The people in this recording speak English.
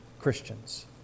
Christians